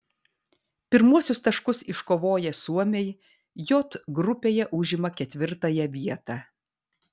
pirmuosius taškus iškovoję suomiai j grupėje užima ketvirtąją vietą